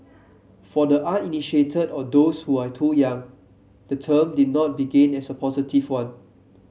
for the uninitiated or those who are too young the term did not begin as a positive one